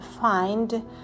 find